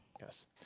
Yes